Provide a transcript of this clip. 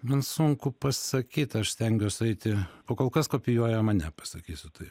man sunku pasakyt aš stengiuos eiti po kol kas kopijuoja mane pasakysiu tai